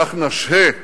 כך נשהה